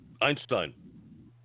Einstein